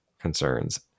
concerns